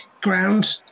ground